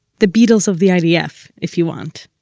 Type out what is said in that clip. the beatles of the idf, if you want